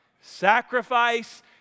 sacrifice